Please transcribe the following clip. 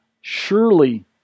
surely